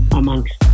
amongst